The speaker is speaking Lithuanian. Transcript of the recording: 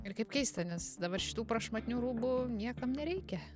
ir kaip keista nes dabar šitų prašmatnių rūbų niekam nereikia